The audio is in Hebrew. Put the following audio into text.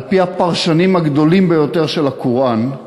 על-פי הפרשנים הגדולים ביותר של הקוראן,